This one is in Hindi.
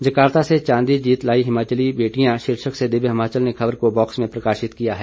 जकार्ता से चांदी जीत लाईं हिमाचली बेटियां शीर्षक से दिव्य हिमाचल ने खबर को बॉक्स में प्रकाशित किया है